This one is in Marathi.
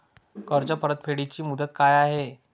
कर्ज परतफेड ची मुदत काय आहे?